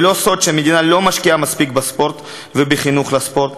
זה לא סוד שהמדינה לא משקיעה מספיק בספורט ובחינוך לספורט.